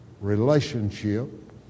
relationship